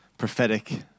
prophetic